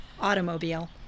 automobile